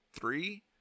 three